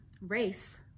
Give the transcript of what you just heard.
race